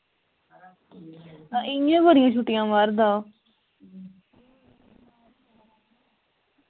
हां इ'यां बड़ियां छुट्टियां मारदा ओह्